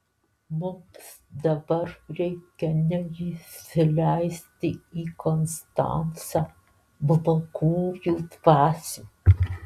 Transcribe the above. mums dabar reikia neįsileisti į konstancą blogųjų dvasių